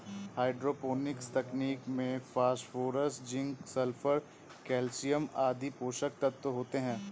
hydroponics तकनीक में phosphorus, zinc, sulphur, calcium आदि पोषक तत्व होते है